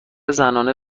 زنانه